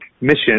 mission